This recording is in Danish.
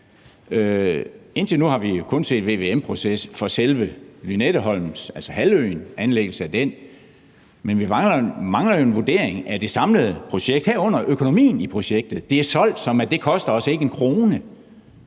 Indtil nu har vi kun set en vvm-proces for selve Lynetteholm, altså for anlæggelsen af halvøen. Men vi mangler jo en vurdering af det samlede projekt, herunder økonomien i projektet. Det er solgt, som at det ikke koster os en krone